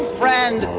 friend